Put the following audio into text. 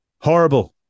horrible